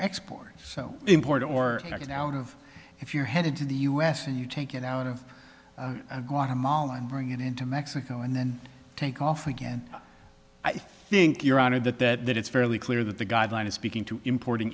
export so important or going out of if you're headed to the u s and you take it out of guatemala and bring it into mexico and then take off again i think your honor that that that it's fairly clear that the guideline is speaking to importing